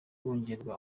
bongererwa